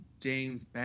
James